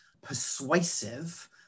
persuasive